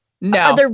no